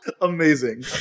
Amazing